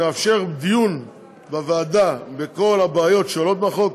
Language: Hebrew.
נאפשר דיון בוועדה בכל הבעיות שעולות בחוק,